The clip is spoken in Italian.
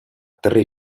tre